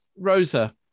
Rosa